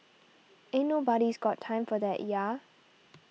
ain't nobody's got time for that ya